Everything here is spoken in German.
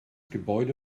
gebäude